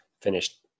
finished